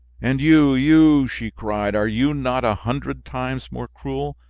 and you, you, she cried, are you not a hundred times more cruel?